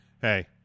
Hey